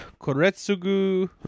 Koretsugu